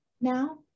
now